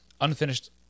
unfinished